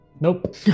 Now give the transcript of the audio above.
Nope